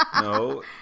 no